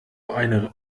eine